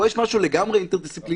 פה יש משהו לגמרי אינטרדיסציפלינרי,